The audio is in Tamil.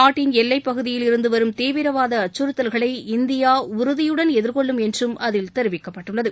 நாட்டின் எல்லைப்பகுதியில் இருந்து வரும் தீவிரவாத அச்சுறுத்தல்களை இந்தியா உறதியுடன் எதிர்கொள்ளும் என்றும் அதில் தெரிவிக்கப்பட்டுள்ளது